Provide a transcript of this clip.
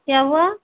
क्या हुआ